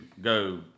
go